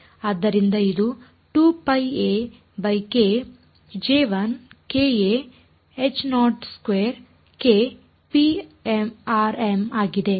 ಆದ್ದರಿಂದ ಇದು ಆಗಿದೆ